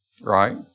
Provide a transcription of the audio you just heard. Right